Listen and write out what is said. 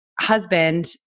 husband